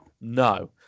no